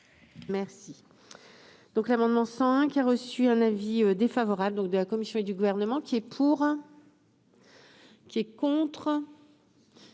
Merci